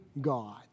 God